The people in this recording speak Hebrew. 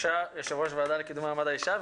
יושב-ראש הוועדה לקידום מעמד האישה,